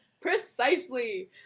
Precisely